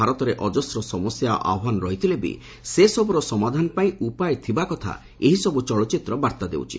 ଭାରତରେ ଅଜସ୍ର ସମସ୍ୟା ଓ ଆହ୍ୱାନ ରହିଥିଲେ ବି ସେସବୁର ସମାଧାନ ପାଇଁ ଉପାୟ ଥିବା କଥା ଏହିସବୁ ଚଳଚ୍ଚିତ୍ର ବାର୍ତ୍ତା ଦେଉଛି